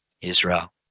israel